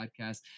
podcast